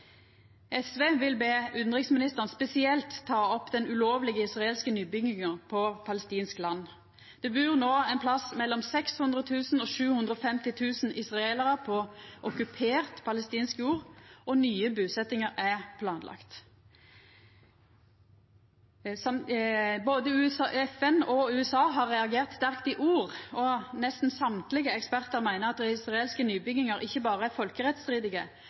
SV vil be utanriksministeren spesielt ta opp den ulovlege israelske nybygginga på palestinsk land. Det bur no ein plass mellom 600 000 og 750 000 israelarar på okkupert palestinsk jord, og nye busetjingar er planlagde. Både FN og USA har reagert sterkt i ord, og nesten alle ekspertar meiner at israelske nybyggingar ikkje berre er folkerettsstridige,